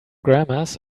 grammars